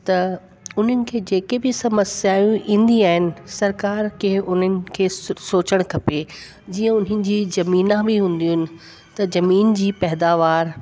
त उन्हनि खे जेके बि सम्सयायूं ईंदी आहिनि सरकार खे उन्हनि ए खे सोचणु खपे जीअं उन्हनि जी ज़मीना बि हूंदियूं आहिनि त ज़मीन जी पैदावारु